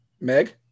meg